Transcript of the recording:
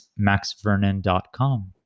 maxvernon.com